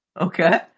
Okay